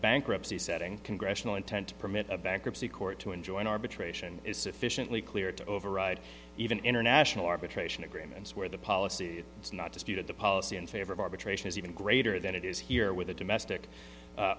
bankruptcy setting congressional intent to permit a bankruptcy court to enjoin arbitration is sufficiently clear to override even international arbitration agreements where the policy it's not disputed the policy in favor of arbitration is even greater than it is here with a domestic a